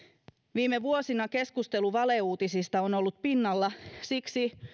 viime vuosina keskustelu valeuutisista on ollut pinnalla ja